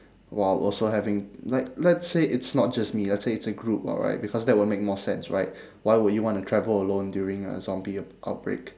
while also having like let's say it's not just me let's say it's a group alright because that will make more sense right why would you want to travel alone during a zombie ap~ outbreak